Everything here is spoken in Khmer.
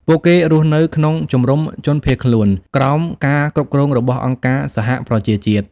ពួកគេរស់នៅក្នុងជំរំជនភៀសខ្លួន ក្រោមការគ្រប់គ្រងរបស់អង្គការសហប្រជាជាតិ។